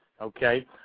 okay